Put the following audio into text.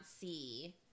see